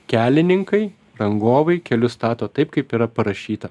kelininkai rangovai kelius stato taip kaip yra parašyta